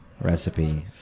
recipe